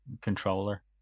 controller